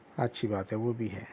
اچھی بات ہے وہ بھی ہے